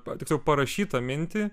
tiksliau parašytą mintį